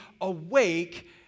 awake